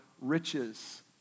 riches